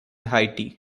haiti